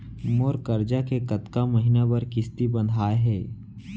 मोर करजा के कतका महीना बर किस्ती बंधाये हे?